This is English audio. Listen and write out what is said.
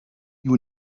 you